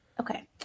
Okay